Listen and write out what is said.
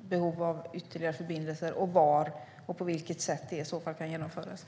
behov av ytterligare förbindelse samt var och på vilket sätt det i så fall kan genomföras.